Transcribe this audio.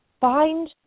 Find